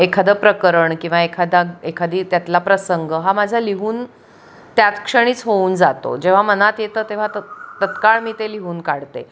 एखादं प्रकरण किंवा एखादा एखादी त्यातला प्रसंग हा माझा लिहून त्याच क्षणीच होऊन जातो जेव्हा मनात येतं तेव्हा तत्काळ मी ते लिहून काढते